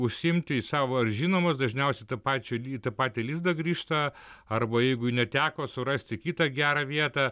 užsiimti į savo ar žinomas dažniaus tą pačią į patį lizdą grįžta arba jeigu ir neteko surasti kitą gerą vietą